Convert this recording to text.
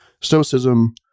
Stoicism